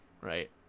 right